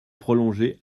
prolongée